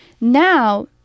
now